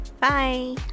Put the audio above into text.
Bye